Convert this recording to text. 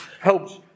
helps